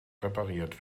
repariert